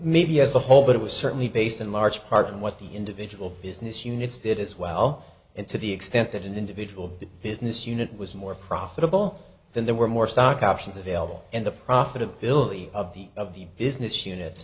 maybe as a whole but it will certainly be based in large part on what the individual business units did as well and to the extent that an individual business unit was more profitable then there were more stock options available and the profitability of the of the business unit